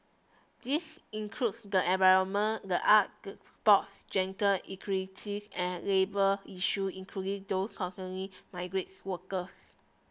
these include the environment the arts sports gender equality and labour issue including those concerning migrant workers